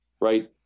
right